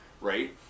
Right